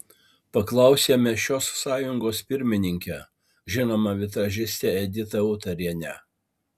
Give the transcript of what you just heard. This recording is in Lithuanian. paklausėme šios sąjungos pirmininkę žinomą vitražistę editą utarienę